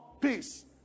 peace